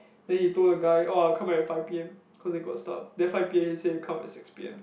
then he told the guy orh I'll come at five p_m cause I got stuff then five p_m he say come at six p_m